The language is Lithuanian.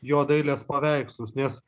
jo dailės paveikslus nes